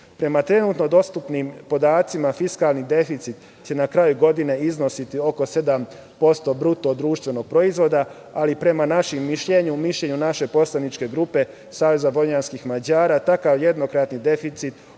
trenutno dostupnim podacima, fiskalni deficit će na kraju godine iznositi oko 7% BDP, ali prema našem mišljenju, mišljenju naše poslaničke grupe Saveza vojvođanskih Mađara, takav jednokratni deficit